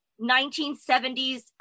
1970s